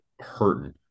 hurting